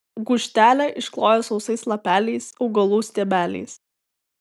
gūžtelę iškloja sausais lapeliais augalų stiebeliais